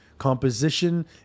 Composition